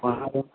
ആ അത്